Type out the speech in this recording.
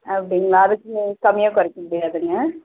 அப்டிங்களா அதுக்கு கம்மியாக குறைக்க முடியாதுங்க